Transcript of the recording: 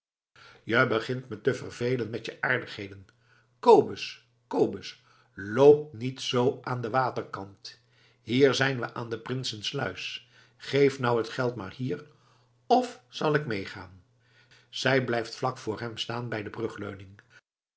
je begint me te vervelen met je aardigheden kobus kobus loop niet zoo aan den waterkant hier zijn we aan de prinsensluis geef nou t geld maar hier of zal ik meegaan zij blijft vlak voor hem staan bij de